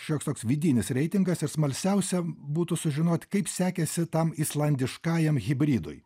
šioks toks vidinis reitingas ir smalsiausia būtų sužinot kaip sekėsi tam islandiškajam hibridui